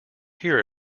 hear